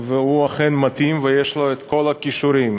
והוא אכן מתאים ויש לו את כל הכישורים.